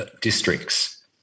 districts